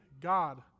God